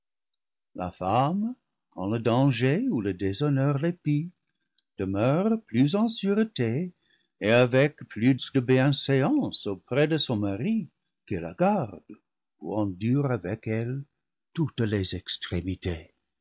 la femme quand le danger ou le dés honneur l'épie demeure plus en sûreté et avec plus de bien séance auprès de son mari qui la garde ou endure avec elle toutes les extrémités